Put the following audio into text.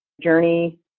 journey